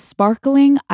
Sparkling